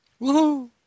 Woohoo